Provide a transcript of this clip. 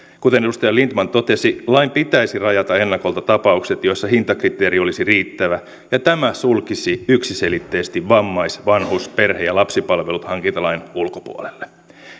kuten edustaja lindtman totesi lain pitäisi rajata ennakolta tapaukset joissa hintakriteeri olisi riittävä ja tämä sulkisi yksiselitteisesti vammais vanhus perhe ja lapsipalvelut hankintalain ulkopuolelle